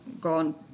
gone